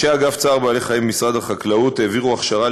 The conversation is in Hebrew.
אנשי אגף צער בעלי-חיים במשרד החקלאות העבירו הכשרה